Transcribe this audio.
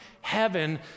heaven